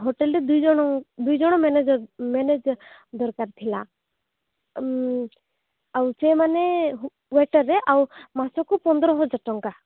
ହୋଟେଲ୍ରେ ଦୁଇଜଣ ଦୁଇ ଜଣ ମ୍ୟାନେଜର୍ ମ୍ୟାନେଜର୍ ଦରକାର ଥିଲା ଆଉ ସେମାନେ ୱୋଟର୍ରେ ଆଉ ମାସକୁ ପନ୍ଦର ହଜାର ଟଙ୍କା